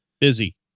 busy